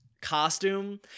costume